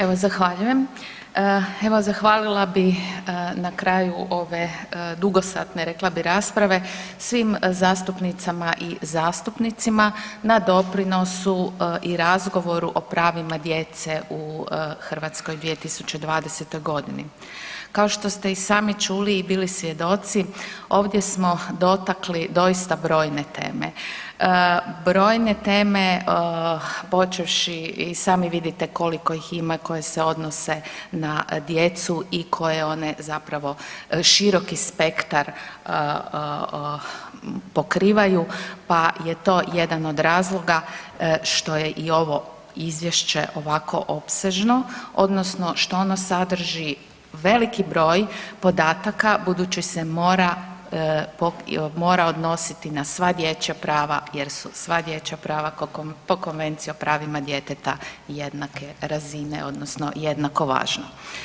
Evo zahvaljujem, evo zahvalila bih na kraju ove dugosatne rekla bih rasprave svim zastupnicama i zastupnicima na doprinosu i razgovoru o pravima djece u Hrvatskoj u 2020.g. Kao što ste i sami čuli i bili svjedoci ovdje smo dotakli doista brojne teme, brojne teme počevši i sami vidite koliko ih ima koje se odnose na djecu i koje one zapravo široki spektar pokrivaju, pa je to jedan od razloga što je i ovo izvješće ovako opsežno odnosno što ono sadrži veliki broj podataka budući se mora odnositi na sva dječja prava jer su sva dječja prava po Konvenciji o pravima djeteta jednake razine odnosno jednako važno.